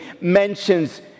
mentions